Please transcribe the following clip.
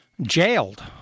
jailed